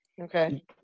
okay